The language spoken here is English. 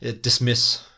dismiss